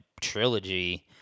trilogy